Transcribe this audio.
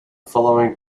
following